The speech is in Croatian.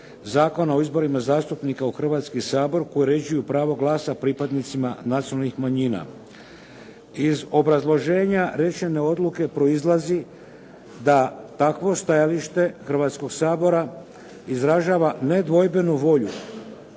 Zakona o izborima zastupnika u Hrvatski sabor koji uređuju pravo glasa pripadnicima nacionalnih manjina. Iz obrazloženja rečene odluke proizlazi da takvo stajalište Hrvatskog sabora izražava nedvojbenu volju